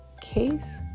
case